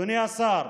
אדוני השר,